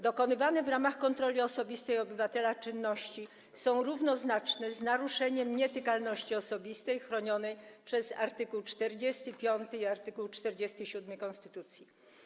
Dokonywane w ramach kontroli osobistej obywatela czynności są równoznaczne z naruszeniem nietykalności osobistej chronionej w art. 45 i art. 47 konstytucji.